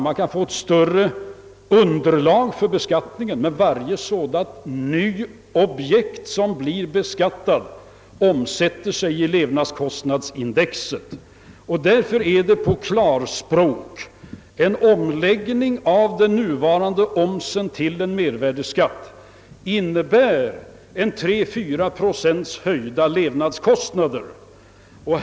Man kan få ett större underlag för beskattningen, men varje sådant nytt objekt som blir beskattat avsätter spår i lev nadskostnadsindex. I klartext blir det: En omläggning av den nuvarande omsen till en mervärdeskatt innebär 3—4 procent i höjda levnadskostnader.